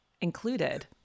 included